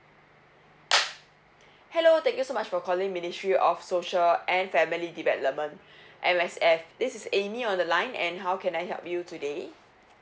hello thank you so much for calling ministry of social and family development M_S_F this is A M Y on the line and how can I help you today